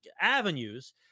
avenues